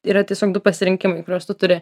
yra tiesiog du pasirinkimai kuriuos tu turi